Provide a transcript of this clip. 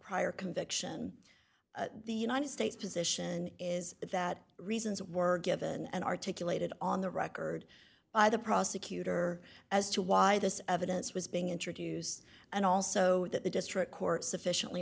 prior conviction the united states position is that reasons were given and articulated on the record by the prosecutor as to why this evidence was being introduced and also that the district court sufficiently